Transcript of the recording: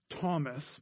Thomas